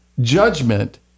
judgment